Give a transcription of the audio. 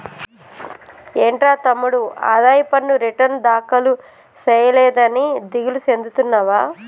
ఏంట్రా తమ్ముడు ఆదాయ పన్ను రిటర్న్ దాఖలు సేయలేదని దిగులు సెందుతున్నావా